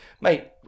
Mate